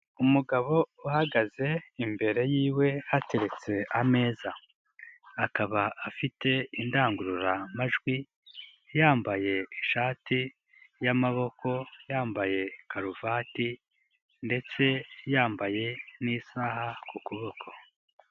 Umugabo uhagaze imbere yiwe hateretse ameza, akaba afite indangururamajwi, yambaye ishati y'amaboko y'ambaye karuvati ndetse yambaye n'isaha ku kuboko.